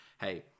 hey